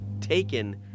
taken